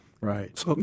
Right